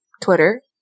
Twitter